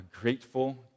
grateful